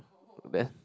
meh